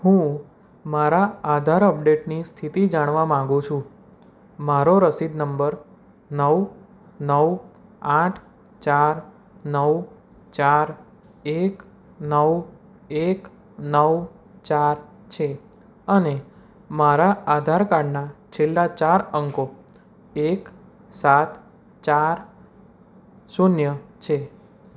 હું મારા આધાર અપડેટની સ્થિતિ જાણવા માંગુ છું મારો રસીદ નંબર નવ નવ આઠ ચાર નવ ચાર એક નવ એક નવ ચાર છે અને મારા આધાર કાર્ડના છેલ્લા ચાર અંકો એક સાત ચાર શૂન્ય છે